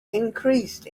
increased